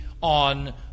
on